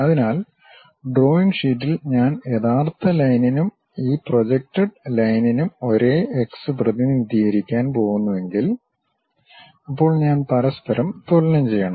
അതിനാൽ ഡ്രോയിംഗ് ഷീറ്റിൽ ഞാൻ ആ യഥാർത്ഥ ലൈനിനും ഈ പ്രൊജക്റ്റേട് ലൈനിനും ഒരേ എക്സ് പ്രതിനിധീകരിക്കാൻ പോകുന്നുവെങ്കിൽ അപ്പോൾ ഞാൻ പരസ്പരം തുലനം ചെയ്യണം